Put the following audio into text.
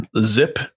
zip